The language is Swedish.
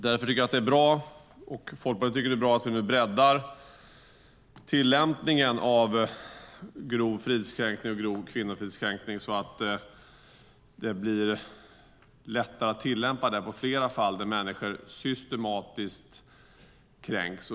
Därför tycker jag och Folkpartiet att det är bra att vi nu breddar tillämpningen av grov fridskränkning och grov kvinnofridskränkning så att det blir lättare att tillämpa detta på flera fall där människor systematiskt kränks.